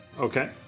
Okay